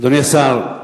אדוני השר,